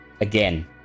Again